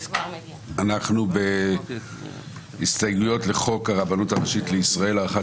אנחנו בהסתייגויות לחוק הרבנות הראשית לישראל (הארכת